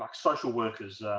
like social workers